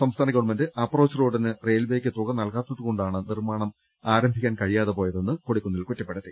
സംസ്ഥാന government approach റോഡിന് റെയിൽവേക്ക് തുക നൽകാത്തത് കൊണ്ടാണ് നിർമ്മാണം ആരംഭിക്കാൻ കഴിയാതെ വന്നതെന്ന് കൊടിക്കുന്നിൽ കുറ്റപ്പെടുത്തി